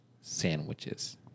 Sandwiches